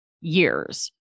years